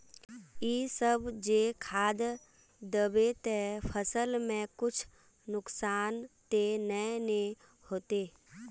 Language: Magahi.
इ सब जे खाद दबे ते फसल में कुछ नुकसान ते नय ने होते